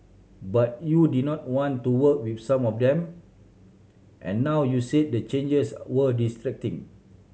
but you did not want to work with some of them and now you've said the changes were distracting